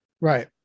Right